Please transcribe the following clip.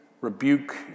rebuke